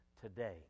today